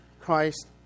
Christ